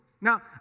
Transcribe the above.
Now